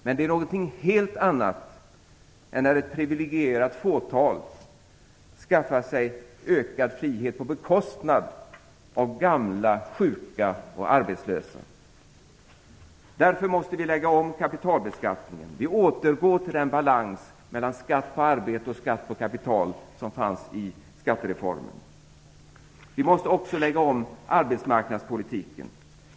Men det är något helt annat när ett privilegierat fåtal skaffar sig ökad frihet på bekostnad av gamla, sjuka och arbetslösa. Därför måste vi lägga om kapitalbeskattningen. Vi återgår till den balans mellan skatt på arbete och skatt på kapital som fanns i skattereformen. Vi måste också lägga om arbetsmarknadspolitiken.